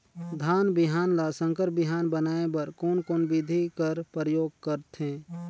धान बिहान ल संकर बिहान बनाय बर कोन कोन बिधी कर प्रयोग करथे?